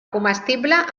comestible